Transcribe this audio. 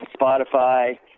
Spotify